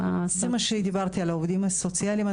זה מה שדיברתי על העובדים הסוציאליים.